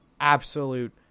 absolute